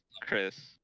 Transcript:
Chris